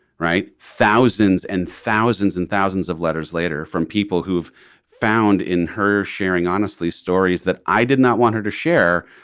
right. thousands and thousands and thousands of letters later from people who've found in her sharing honestly stories that i did not want her to share.